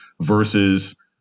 versus